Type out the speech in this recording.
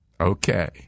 Okay